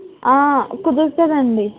కుదురుతుందండి